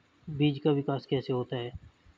बीज का विकास कैसे होता है?